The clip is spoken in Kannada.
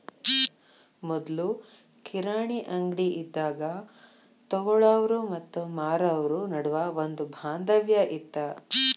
ಮೊದ್ಲು ಕಿರಾಣಿ ಅಂಗ್ಡಿ ಇದ್ದಾಗ ತೊಗೊಳಾವ್ರು ಮತ್ತ ಮಾರಾವ್ರು ನಡುವ ಒಂದ ಬಾಂಧವ್ಯ ಇತ್ತ